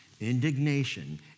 Indignation